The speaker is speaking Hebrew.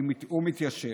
הוא מתיישב,